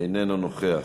איננו נוכח.